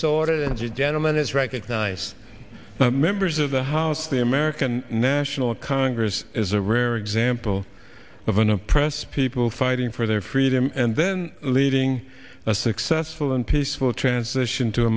you gentlemen as recognize the members of the house the american national congress as a rare example of an oppressed people fighting for their freedom and then leading a successful and peaceful transition to a